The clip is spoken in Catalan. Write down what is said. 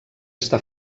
està